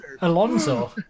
Alonso